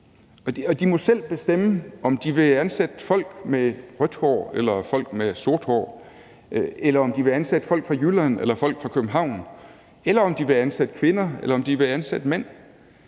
De må selv bestemme, om de vil ansætte folk med rødt hår eller folk med sort hår, eller om de vil ansætte folk fra Jylland eller folk fra København, eller om de vil ansætte kvinder, eller om de vil ansætte mænd.